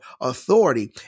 authority